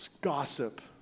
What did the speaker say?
gossip